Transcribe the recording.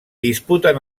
disputen